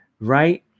right